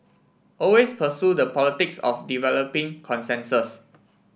always pursue the politics of developing consensus